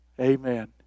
Amen